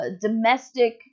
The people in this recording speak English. domestic